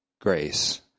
grace